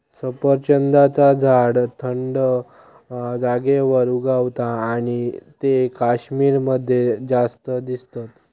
सफरचंदाचा झाड थंड जागेर उगता आणि ते कश्मीर मध्ये जास्त दिसतत